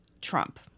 Trump